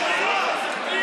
80% אבטלה.